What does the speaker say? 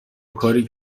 کاری